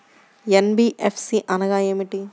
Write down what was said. NBFC అనగా ఏమిటీ?